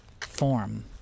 form